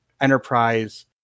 Enterprise